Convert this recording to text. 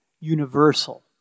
universal